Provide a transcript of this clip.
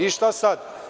I šta sad?